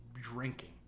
Drinking